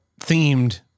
themed